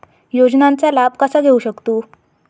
योजनांचा लाभ कसा घेऊ शकतू?